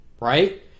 right